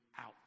out